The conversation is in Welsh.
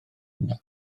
yna